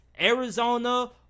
arizona